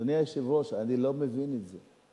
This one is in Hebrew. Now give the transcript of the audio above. אדוני היושב-ראש, אני לא מבין את זה.